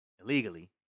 illegally